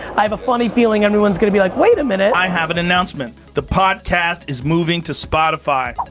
i have a funny feeling everyone's gonna be like, wait a minute. i have an announcement. the podcast is moving to spotify.